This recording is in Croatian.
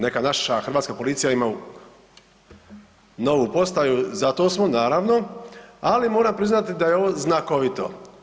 Neka naša hrvatska policija ima novu postaju, za to smo naravno, ali moram priznati da je ovo znakovito.